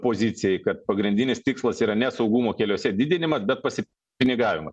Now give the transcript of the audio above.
pozicijai kad pagrindinis tikslas yra ne saugumo keliuose didinimas bet pasipinigavimas